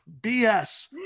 BS